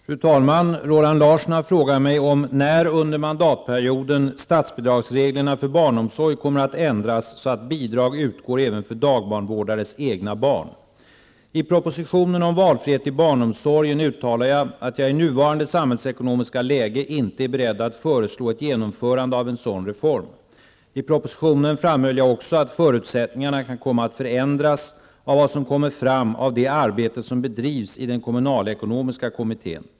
Fru talman! Roland Larsson har frågat mig om när under mandatperioden statsbidragsreglerna för barnomsorg kommer att ändras så att bidrag utgår även för dagbarnvårdarnas egna barn. I propositionen om valfrihet i barnomsorgen uttalade jag att jag i nuvarande samhällsekonomiska läge inte är beredd att föreslå ett genomförande av en sådan reform. I propositionen framhölls att förutsättningarna också kan komma att förändras av vad som kommer fram av det arbete som bedrivs i den kommunalekonomiska kommittén.